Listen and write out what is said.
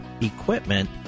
equipment